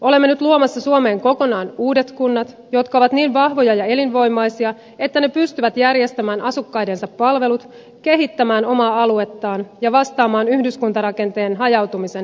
olemme nyt luomassa suomeen kokonaan uudet kunnat jotka ovat niin vahvoja ja elinvoimaisia että ne pystyvät järjestämään asukkaidensa palvelut kehittämään omaa aluettaan ja vastamaan yhdyskuntarakenteen hajautumisen haasteisiin